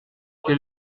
quel